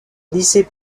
lycée